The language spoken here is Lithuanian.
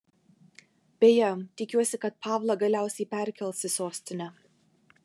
beje tikiuosi kad pavlą galiausiai perkels į sostinę